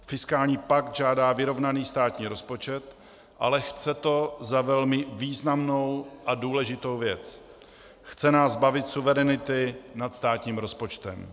Fiskální pakt žádá vyrovnaný státní rozpočet, ale chce to za velmi významnou a důležitou věc chce nás zbavit suverenity nad státním rozpočtem.